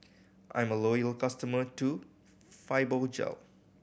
I'm a loyal customer to Fibogel